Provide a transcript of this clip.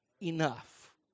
enough